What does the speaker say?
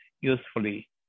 usefully